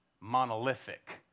monolithic